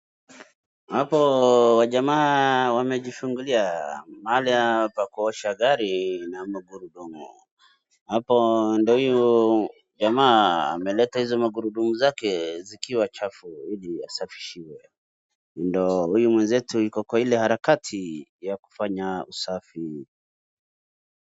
Hapo wajamaa wamejifungulia mahali ya pa kuosha gari na magurudumu. Hapo ndo hivyo jamaa ameleta hizo magurdumu yake zikiwa chafu ili asafishiwe. Ndo huyu mwenzetu yuko katika ile harakati ya kufanya usafi.